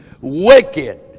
wicked